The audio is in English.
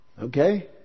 Okay